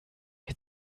mir